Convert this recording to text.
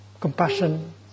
compassion